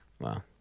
Wow